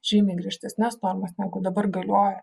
žymiai griežtesnes normas negu dabar galioja